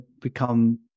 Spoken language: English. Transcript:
become